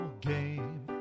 game